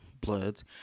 bloods